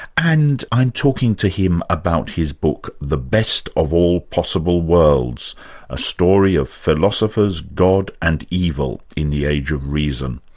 and i'm talking to him about his book the best of all possible worlds a story of philosophers, god and evil in the age of reason.